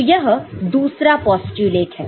तो यह दूसरा पोस्टयूलेट है